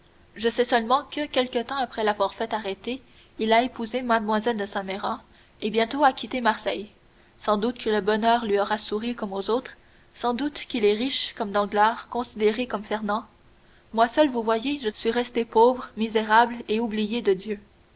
je sais seulement que quelque temps après l'avoir fait arrêter il a épousé mlle de saint méran et bientôt a quitté marseille sans doute que le bonheur lui aura souri comme aux autres sans doute qu'il est riche comme danglars considéré comme fernand moi seul vous le voyez suis resté pauvre misérable et oublié de dieu